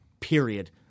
period